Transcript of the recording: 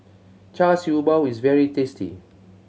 Char Siew Bao is very tasty